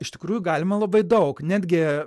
iš tikrųjų galima labai daug netgi